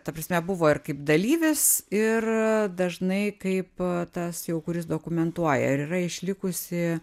ta prasme buvo ir kaip dalyvis ir dažnai kaip tas jau kuris dokumentuoja ir yra išlikusi